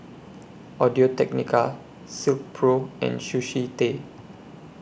Audio Technica Silkpro and Sushi Tei